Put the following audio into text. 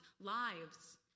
lives